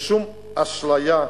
ששום אשליה,